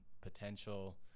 potential